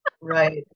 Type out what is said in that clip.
Right